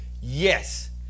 Yes